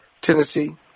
Tennessee